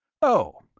oh.